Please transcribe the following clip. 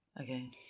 Okay